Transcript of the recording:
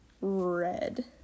red